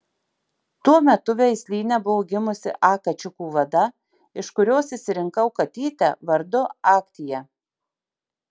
tuo metu veislyne buvo gimusi a kačiukų vada iš kurios išsirinkau katytę vardu aktia